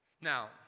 Now